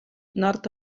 nord